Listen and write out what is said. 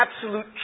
absolute